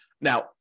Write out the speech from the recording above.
Now